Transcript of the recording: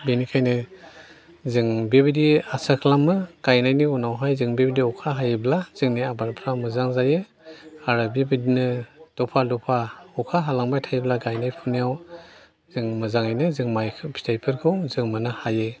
बेनिखायनो जों बेबायदि आसा खालामो गायनायनि उनावहाय जों बेबायदि अखा हायोब्ला जोंनि आबादफ्रा मोजां जायो आरो बेबायदिनो दफा दफा अखा हालांबाय थायोब्ला गायनाय फुनायाव जों मोजाङैनो जों माइखौ फिथाइफोरखौ जों मोननो हायो